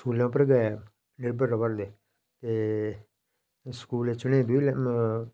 स्कूलें उप्पर गै निर्भर रवा रदे ते स्कूले च उनें बी